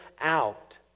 out